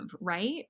right